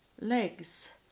legs